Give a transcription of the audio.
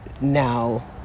now